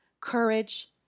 courage